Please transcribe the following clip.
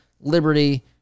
liberty